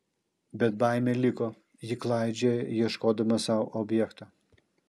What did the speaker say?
bet baimė liko ji klaidžioja ieškodama sau objekto